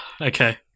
okay